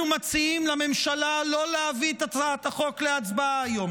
אנחנו מציעים לממשלה לא להביא את הצעת החוק להצבעה היום.